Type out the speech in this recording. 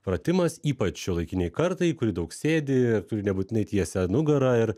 pratimas ypač šiuolaikinei kartai kuri daug sėdi ir turi nebūtinai tiesią nugarą ir